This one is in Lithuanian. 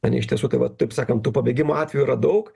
ten iš tiesų tai vat taip sakant tų pabėgimo atvejų yra daug